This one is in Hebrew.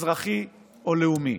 אזרחי או לאומי.